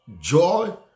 joy